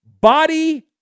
Body